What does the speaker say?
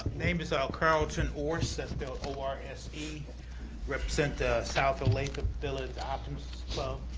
name is ah carlton orse, that's spelled o r s e. i represent southfield-lathrup village optimist club,